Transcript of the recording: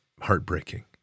heartbreaking